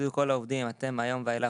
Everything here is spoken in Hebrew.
הן יגידו לכל העובדים "אתם מהיום ואילך